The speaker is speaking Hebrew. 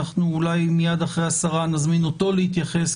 מייד אחרי השרה נזמין אותו להתייחס,